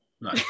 no